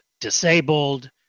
disabled